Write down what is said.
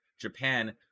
Japan